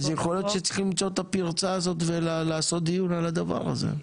אז יכול להיות שצריכים למצוא את הפרצה הזאת ולעשות דיון על הדבר הזה.